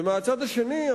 ומהצד השני,